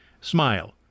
smile